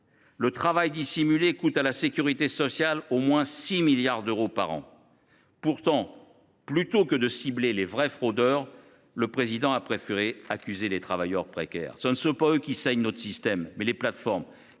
le travail dissimulé coûte à la sécurité sociale au moins 6 milliards d’euros par an. Pourtant, plutôt que de cibler les vrais fraudeurs, le président a préféré accuser les travailleurs précaires. Ce ne sont pas eux qui saignent notre système. Ce sont les plateformes